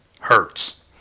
hurts